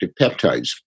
peptides